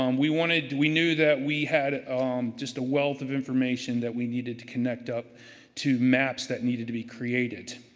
um we wanted we knew that we had um just a wealth of information that we needed to connect up to maps that needed to be created.